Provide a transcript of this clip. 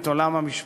את עולם המשפט,